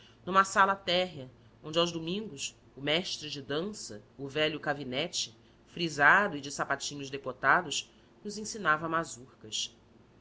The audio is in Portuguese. numa sala térrea onde aos domingos o mestre de dança o velho cavinetti frisado e de sapatinhos decotados nos ensinava